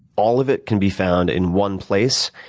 all of it can be found in one place,